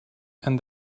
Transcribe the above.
and